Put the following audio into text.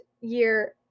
year